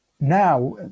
Now